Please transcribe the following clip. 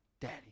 Daddy